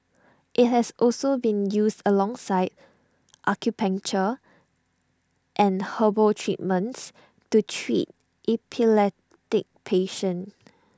IT has also been used alongside acupuncture and herbal treatments to treat epileptic patients